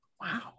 Wow